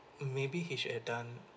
maybe he should've done